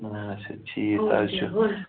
اَچھا ٹھیٖک حظ چھُ